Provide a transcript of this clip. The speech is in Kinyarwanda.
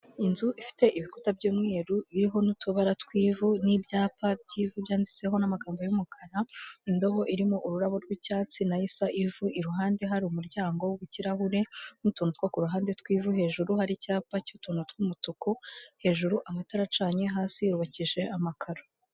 Inzu ifite ibikuta by'umweru biriho n'utubara tw'ivu n'ibyapa by'ivu byanditseho n'amagambo y'umukara, indobo irimo ururabo rw'icyatsi na yo isa ivu, iruhande hari umuryango w'ikirahure n'utuntu two ku ruhande rw'ivu, hejuru hari icyapa cy'utuntu tw'umutuku, hejuru amatara acanye, hasi yubakije amakaro.